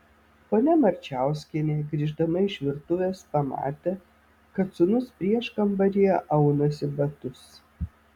ponia marčiauskienė grįždama iš virtuvės pamatė kad sūnus prieškambaryje aunasi batus